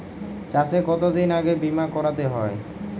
চাষে কতদিন আগে বিমা করাতে হয়?